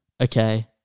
okay